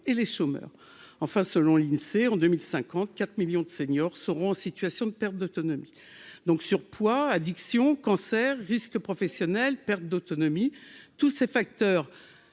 et les chômeurs enfin, selon l'Insee, en 2000 54 millions de seniors seront en situation de perte d'autonomie, donc surpoids addiction cancer disque professionnels, perte d'autonomie, tous ces facteurs,